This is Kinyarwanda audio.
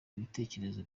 ibitekerezo